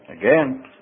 again